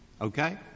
Okay